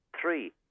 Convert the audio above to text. Three